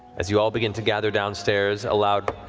as you all begin to gather downstairs, a loud